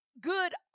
good